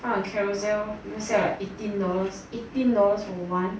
buy on Carousell people sell like eighty dollars eighty dollars for one